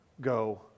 go